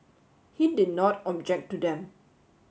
he did not object to them